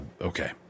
Okay